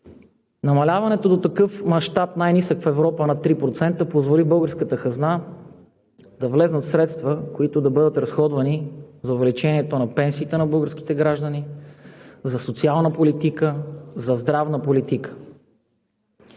намаляването до такъв мащаб, най-нисък в Европа, на 3%, позволи в българската хазна да влезнат средства, които да бъдат разходвани за увеличението на пенсиите на българските граждани, за социална политика, за здравна политика.